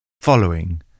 Following